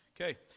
Okay